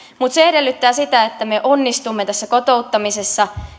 mutta se edellyttää sitä että me onnistumme kotouttamisessa